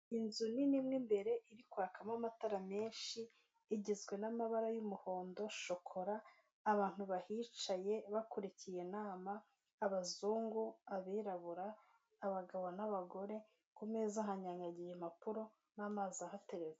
Inzu nini imwe mbere iri kwakamo amatara menshi igizwe n'amabara y'umuhondo shokora abantu bahicaye bakurikiye inama abazungu abirabura abagabo n'abagore kumeza hanyanyagiye impapuro n'amazi ahatereretse.